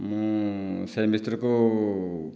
ମୁଁ ସେହି ମିସ୍ତ୍ରୀକୁ